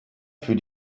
für